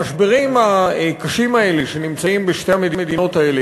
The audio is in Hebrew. המשברים הקשים האלה בשתי המדינות האלה,